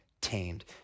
tamed